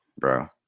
bro